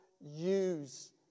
use